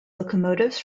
locomotives